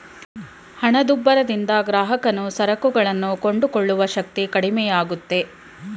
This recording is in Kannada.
ಹಣದುಬ್ಬರದಿಂದ ಗ್ರಾಹಕನು ಸರಕುಗಳನ್ನು ಕೊಂಡುಕೊಳ್ಳುವ ಶಕ್ತಿ ಕಡಿಮೆಯಾಗುತ್ತೆ